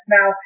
Now